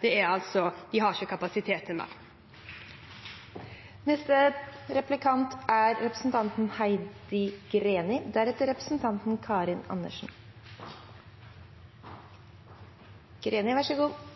de ikke har kapasitet til mer. Jeg registrerte at